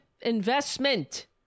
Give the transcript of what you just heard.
Investment